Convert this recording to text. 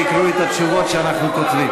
שיקראו את התשובות שאנחנו כותבים.